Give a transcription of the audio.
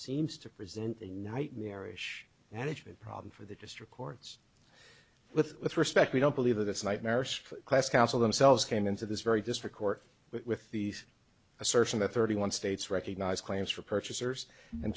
seems to present a nightmarish management problem for the district courts with respect we don't believe this nightmarish class council themselves came into this very district court with these assertion that thirty one states recognize claims for purchasers